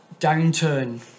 downturn